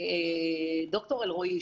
ד"ר אלרעי,